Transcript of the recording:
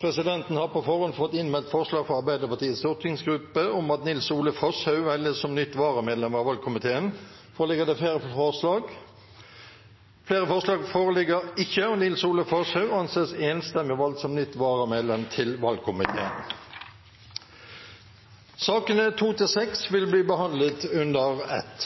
Presidenten har på forhånd fått innmeldt forslag fra Arbeiderpartiets stortingsgruppe om at Nils Ole Foshaug velges som nytt varamedlem av valgkomiteen. Flere forslag foreligger ikke, og Nils Ole Foshaug anses enstemmig valgt som nytt varamedlem til valgkomiteen. Sakene nr. 2–6 vil bli behandlet under ett.